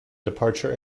departure